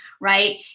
right